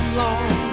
long